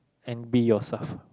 and be yourself